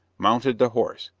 mounted the horse,